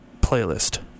playlist